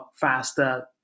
faster